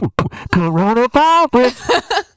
Coronavirus